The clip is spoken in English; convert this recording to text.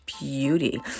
Beauty